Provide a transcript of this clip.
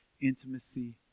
intimacy